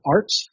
Arts